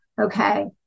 okay